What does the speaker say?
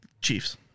Chiefs